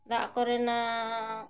ᱫᱟᱜ ᱠᱚᱨᱮᱱᱟᱜ